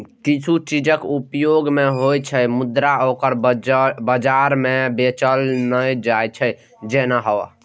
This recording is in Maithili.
किछु चीजक उपयोग ते होइ छै, मुदा ओकरा बाजार मे बेचल नै जाइ छै, जेना हवा